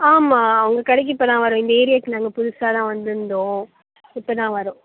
ஆமாம் அவங்க கடைக்கு இப்போ தான் வரோம் இந்த ஏரியாவுக்கு நாங்கள் புதுசாகதான் வந்திருந்தோம் இப்போ தான் வரோம்